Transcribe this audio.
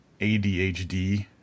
ADHD